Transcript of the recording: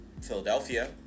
Philadelphia